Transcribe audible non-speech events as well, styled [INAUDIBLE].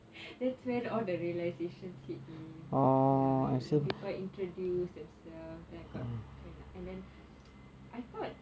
[LAUGHS] that's when all the realisations hit me ya you know people introduce themselves then I got kind of I thought